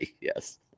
yes